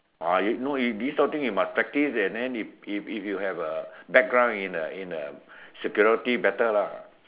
oh no you think kind of thing you must practice and then if if if you have a background in a in a security better lah